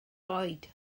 oed